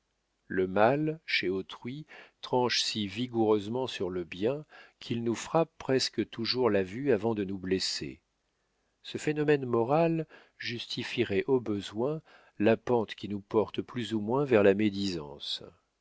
le mal chez autrui tranche si vigoureusement sur le bien qu'il nous frappe presque toujours la vue avant de nous blesser ce phénomène moral justifierait au besoin la pente qui nous porte plus ou moins vers la médisance